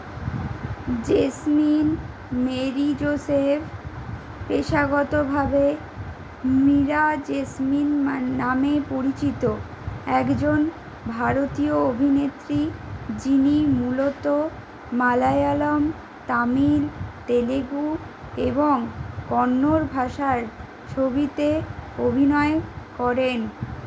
jasmine Mary Joseph পেশাগতভাবে Meera Jasmine নামে পরিচিত একজন ভারতীয় অভিনেত্রী যিনি মূলত মালয়ালম তামিল তেলেগু এবং কন্নড় ভাষার ছবিতে অভিনয় করেন